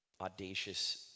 audacious